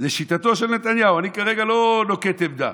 לשיטתו של נתניהו, אני כרגע לא נוקט עמדה.